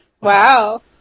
Wow